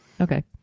Okay